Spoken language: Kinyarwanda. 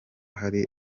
hari